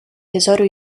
tesoro